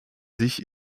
sich